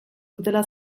dutela